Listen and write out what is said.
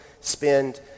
spend